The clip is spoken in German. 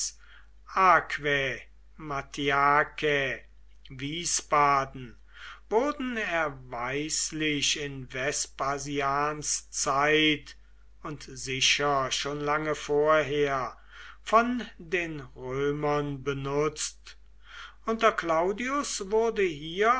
aquae mattiacae wiesbaden wurden erweislich in vespasians zeit und sicher schon lange vorher von den römern benutzt unter claudius wurde hier